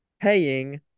paying